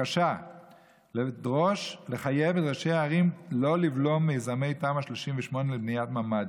בקשה לדרוש לחייב את ראשי הערים שלא לבלום מיזמי תמ"א 38 לבניית ממ"דים,